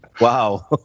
Wow